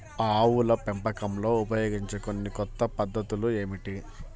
ఆవుల పెంపకంలో ఉపయోగించే కొన్ని కొత్త పద్ధతులు ఏమిటీ?